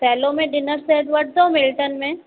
Cello में dinner set वठंदो Milton में